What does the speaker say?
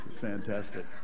fantastic